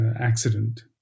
accident